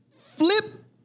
flip